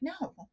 no